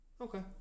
Okay